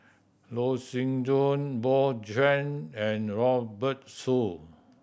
Loh Sin Yun Bjorn Shen and Robert Soon